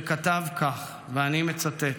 שכתב כך, ואני מצטט: